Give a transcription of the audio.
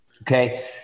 Okay